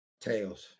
Tails